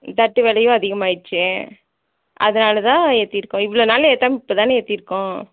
தட்டு விலையும் அதிகமாயிருச்சு அதனால தான் ஏற்றிருக்கோம் இவ்வளோ நாள் ஏற்றாம இப்போ தானே ஏற்றிருக்கோம்